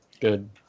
good